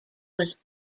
was